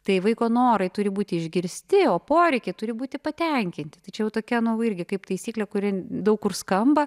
tai vaiko norai turi būti išgirsti o poreikiai turi būti patenkinti tai čia jau tokie norai irgi kaip taisyklė kuri daug kur skamba